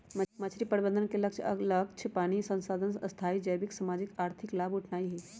मछरी प्रबंधन के लक्ष्य अक्षय पानी संसाधन से स्थाई जैविक, सामाजिक, आर्थिक लाभ उठेनाइ हइ